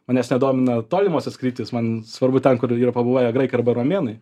manęs nedomina tolimosios kryptys man svarbu ten kur yra pabuvoję graikai arba romėnai